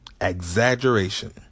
Exaggeration